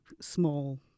small